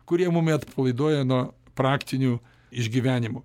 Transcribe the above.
kurie mumi atpalaiduoja nuo praktinių išgyvenimų